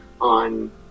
on